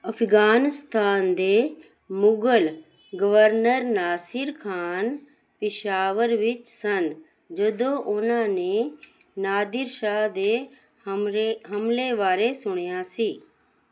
ਅਫ਼ਗ਼ਾਨਿਸਤਾਨ ਦੇ ਮੁਗ਼ਲ ਗਵਰਨਰ ਨਾਸਿਰ ਖ਼ਾਨ ਪਿਸ਼ਾਵਰ ਵਿੱਚ ਸਨ ਜਦੋਂ ਉਨ੍ਹਾਂ ਨੇ ਨਾਦਿਰ ਸ਼ਾਹ ਦੇ ਹਮਲੇ ਹਮਲੇ ਬਾਰੇ ਸੁਣਿਆ ਸੀ